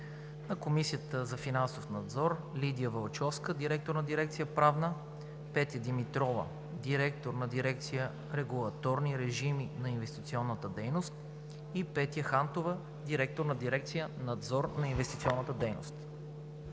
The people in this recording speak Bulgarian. на Комисията за финансов надзор: Лидия Вълчовска – директор на дирекция „Правна“, Петя Димитрова – директор на дирекция „Регулаторни режими на инвестиционната дейност“, и Петя Хантова – директор на дирекция „Надзор на инвестиционната дейност“.